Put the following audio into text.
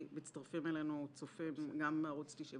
כי מצטרפים אלינו צופים גם מערוץ 99